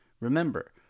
Remember